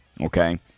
Okay